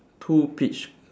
two peach